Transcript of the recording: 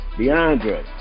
DeAndre